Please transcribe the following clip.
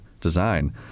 Design